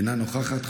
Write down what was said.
אינה נוכחת,